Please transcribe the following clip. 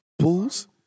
pools